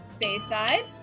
Bayside